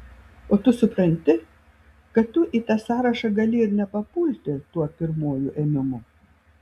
o tu supranti kad tu į tą sąrašą gali ir nepapulti tuo pirmuoju ėmimu